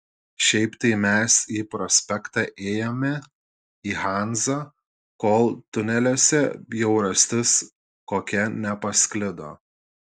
šiaip tai mes į prospektą ėjome į hanzą kol tuneliuose bjaurastis kokia nepasklido